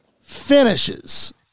finishes